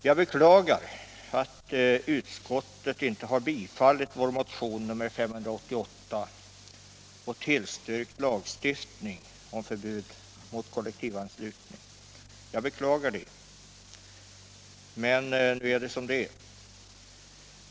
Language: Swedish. Jag beklagar att utskottet inte har tillstyrkt vär motion 1976/77:588 med. krav på lagstiftning om förbud mot kollektivanslutning, men nu är det som det är.